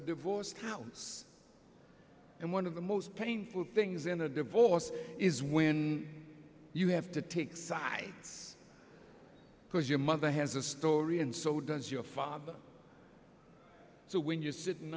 a divorce house and one of the most painful things in a divorce is when you have to take sides because your mother has a story and so does your father so when you're sitting